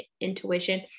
intuition